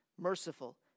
merciful